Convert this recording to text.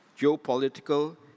geopolitical